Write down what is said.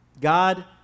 God